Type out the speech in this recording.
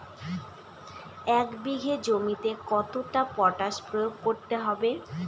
এক বিঘে জমিতে কতটা পটাশ প্রয়োগ করতে হবে?